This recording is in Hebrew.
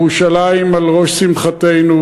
"ירושלים על ראש שמחתנו",